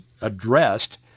addressed